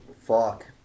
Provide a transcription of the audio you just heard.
Fuck